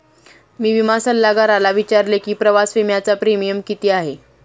मी विमा सल्लागाराला विचारले की प्रवास विम्याचा प्रीमियम किती आहे?